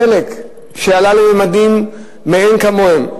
מחיר הדלק עלה לממדים שאין כמוהם,